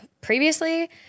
previously